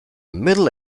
middle